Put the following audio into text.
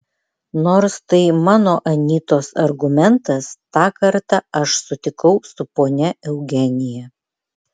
nors tai mano anytos argumentas tą kartą aš sutikau su ponia eugenija